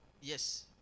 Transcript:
Yes